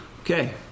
okay